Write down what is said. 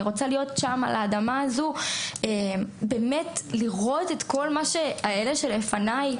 אני רוצה להיות על האדמה הזו ובאמת לראות את כל מה שראו אלה שלפניי,